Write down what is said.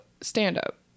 stand-up